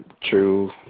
true